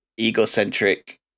egocentric